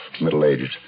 middle-aged